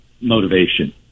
motivation